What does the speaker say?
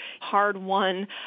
hard-won